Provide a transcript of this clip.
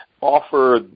offer